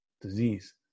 disease